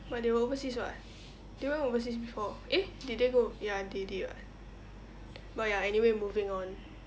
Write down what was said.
but they were overseas [what] they went overseas before eh did they go ya they did [what] but ya anyway moving on